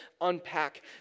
unpack